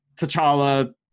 T'Challa